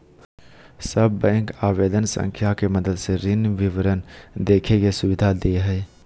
सब बैंक आवेदन संख्या के मदद से ऋण विवरण देखे के सुविधा दे हइ